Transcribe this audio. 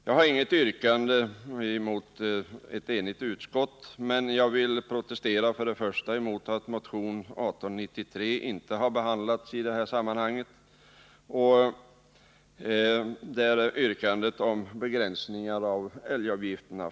Jag har inget yrkande emot ett enigt utskott, men jag vill protestera mot att motion 1893 inte har behandlats samtidigt med yrkandet om begränsningar av älgavgifterna.